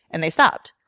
and they stopped.